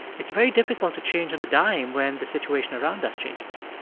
it's very difficult to change on a dime when the situation around us changes